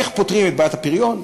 איך פותרים את בעיית הפריון,